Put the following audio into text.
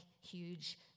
huge